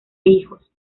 hijos